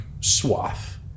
swath